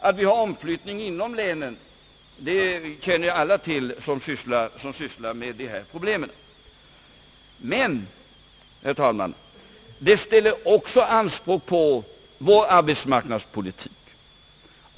Att det sker omflyttning inom länen känner alla till, som sysslar med dessa problem, och den ställer också anspråk på vår arbetismarknadspolitik.